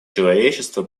человечество